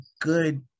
good